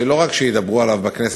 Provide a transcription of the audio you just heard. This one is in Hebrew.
לא רק שידברו עליו בכנסת,